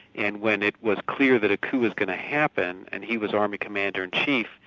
and when it was clear that a coup was going to happen and he was army commander-in-chief,